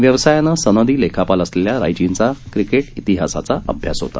व्यवसायाने सनदी लेखापाल असलेल्या रायजींचा क्रिकेट इतिहासाचा अभ्यास होता